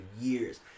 years